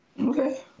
Okay